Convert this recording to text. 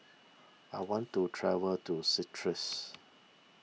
I want to travel to